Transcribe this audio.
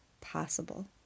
possible